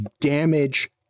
damage